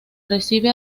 recibe